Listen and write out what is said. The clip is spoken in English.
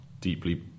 deeply